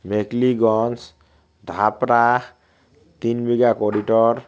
Mekhliganj Dhapra Tin Bigha corridor